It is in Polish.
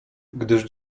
gdyż